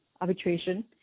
arbitration